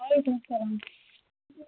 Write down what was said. وعلیکُم سلام